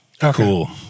cool